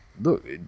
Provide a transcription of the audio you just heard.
look